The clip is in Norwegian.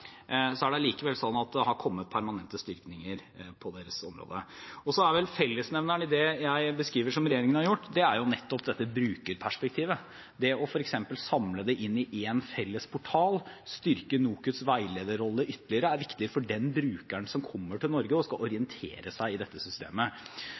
så er det allikevel sånn at det har kommet permanent styrking på deres område. Fellesnevneren i det jeg beskriver som regjeringen har gjort, er vel nettopp dette brukerperspektivet. Det f.eks. å samle det inn i en felles portal og styrke NOKUTs veilederrolle ytterligere er viktig for den brukeren som kommer til Norge og skal